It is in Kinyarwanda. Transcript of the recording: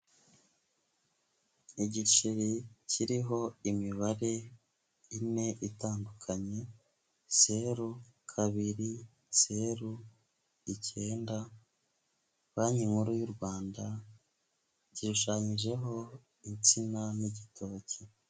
Igiceri kiriho imibare ine itandukanye, zeru, kabiri, zeru, icyenda, banki nkuru y'u Rwanda, gishushanyijeho insina n'igitoki.